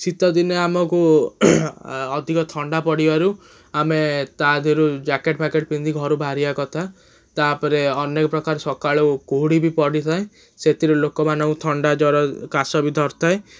ଶୀତଦିନେ ଆମକୁ ଅଧିକ ଥଣ୍ଡା ପଡ଼ିବାରୁ ଆମେ ତା'ଦେହରୁ ଜ୍ୟାକେଟ୍ ଫ୍ୟାକେଟ୍ ପିନ୍ଧି ଘରୁ ବାହାରିବା କଥା ତା'ପରେ ଅନେକପ୍ରକାର ସକାଳୁ କୁହୁଡ଼ି ବି ପଡ଼ିଥାଏ ସେଥିରୁ ଲୋକମାନଙ୍କୁ ଥଣ୍ଡା ଜ୍ୱର କାଶ ବି ଧରିଥାଏ